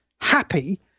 happy